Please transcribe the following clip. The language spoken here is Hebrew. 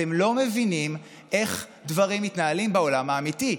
אתם לא מבינים איך דברים מתנהלים בעולם האמיתי.